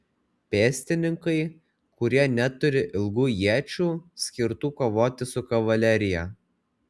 pėstininkai kurie neturi ilgų iečių skirtų kovoti su kavalerija